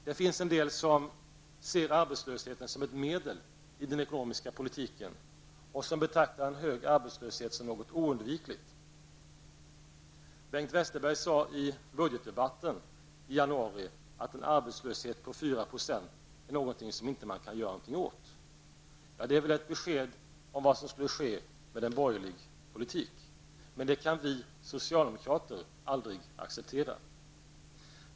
Det finns en del som ser arbetslösheten som ett medel i den ekonomiska politiken och som betraktar en hög arbetslöshet som något oundvikligt. Bengt Westerberg sade i budgetdebatten i januari att en arbetslöshet på 4 % kan man inte göra något åt. Ja, det är väl ett besked om vad som skulle ske med en borgerlig politik. Men det kan vi socialdemokrater aldrig acceptera.